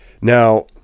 Now